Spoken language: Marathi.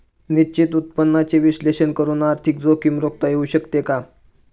निश्चित उत्पन्नाचे विश्लेषण करून आर्थिक जोखीम रोखता येऊ शकते का?